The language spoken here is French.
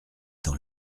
dans